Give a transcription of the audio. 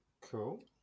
Cool